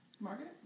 Margaret